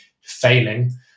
failing